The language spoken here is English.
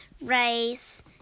rice